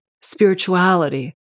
spirituality